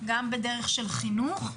גם בדרך של חינוך,